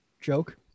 joke